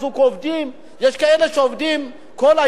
יש כאלה שעובדים כל היום אבל לא מגיעים,